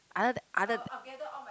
other than other than